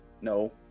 No